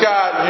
God